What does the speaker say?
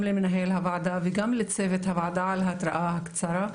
למנהל הוועדה וגם לצוות הוועדה על ההתראה הקצרה,